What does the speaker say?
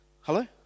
Hello